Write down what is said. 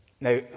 Now